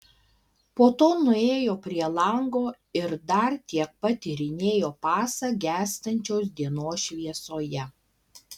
po to nuėjo prie lango ir dar tiek pat tyrinėjo pasą gęstančios dienos šviesoje